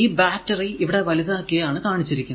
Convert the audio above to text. ഈ ബാറ്ററി ഇവിടെ വലുതാക്കി ആണ് കാണിച്ചിരിക്കുന്നത്